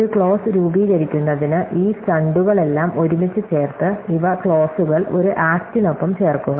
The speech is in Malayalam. ഒരു ക്ലോസ് രൂപീകരിക്കുന്നതിന് ഈ സ്റ്റണ്ടുകളെല്ലാം ഒരുമിച്ച് ചേർത്ത് ഈ ക്ലോസുകൾ ഒരു ആക്റ്റിനൊപ്പം ചേർക്കുക